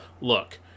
look